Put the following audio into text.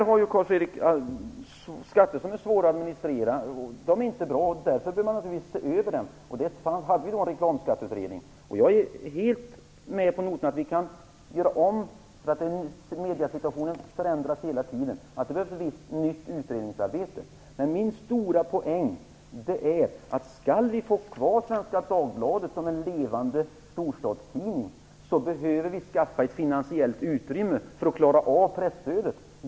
Fru talman! Skatter som är svåra att administrera är inte bra. Det har Carl Fredrik Graf rätt i. Därför bör man se över den. Därför har vi haft en reklamskatteutredning. Jag är helt med på noterna att vi kan göra om skatten, för mediesituationen förändras hela tiden. Det behövs nytt utredningsarbete. Men min stora poäng är att om vi skall ha kvar Svenska Dagbladet som en levande storstadstidning behöver vi ett finansiellt utrymme för att klara presstödet.